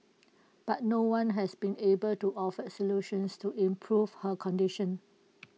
but no one has been able to offer solutions to improve her condition